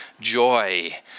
joy